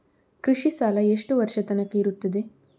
ಕೃಷಿ ಸಾಲ ಎಷ್ಟು ವರ್ಷ ತನಕ ಇರುತ್ತದೆ?